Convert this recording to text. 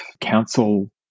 council